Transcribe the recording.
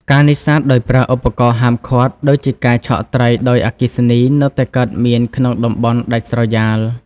ការនេសាទដោយប្រើ ឧបករណ៍ហាមឃាត់ ដូចជាការឆក់ត្រីដោយអគ្គិសនីនៅតែកើតមានក្នុងតំបន់ដាច់ស្រយាល។